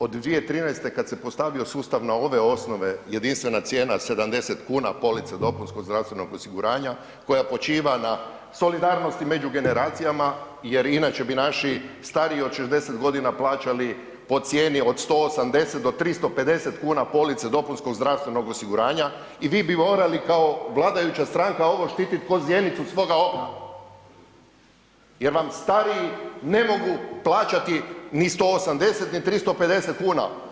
Od 2013. kad se postavio sustav na ove osnove jedinstvena cijena 70,00 kn polica dopunskog zdravstvenog osiguranja koja počiva na solidarnosti među generacijama jer inače bi naši stariji od 60.g. plaćali po cijeni od 180,00 do 350,00 kn police dopunskog zdravstvenog osiguranja i vi bi morali kao vladajuća stranka ovo štitit ko zjenicu svoga oka jer vam stariji ne mogu plaćati ni 180,00 ni 350,00 kn.